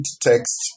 text